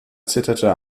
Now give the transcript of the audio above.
zitterte